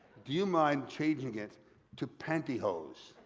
do you mind changing it to pantyhose?